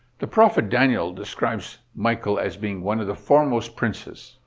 the prophet daniel describes michael as being one of the foremost princes.